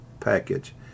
package